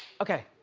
okay,